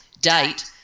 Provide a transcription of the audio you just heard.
date